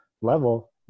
level